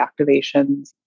activations